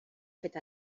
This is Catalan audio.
fet